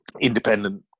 independent